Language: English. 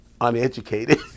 uneducated